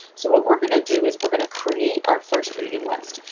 so what we're going to do is we're going to create our first reading list.